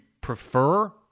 prefer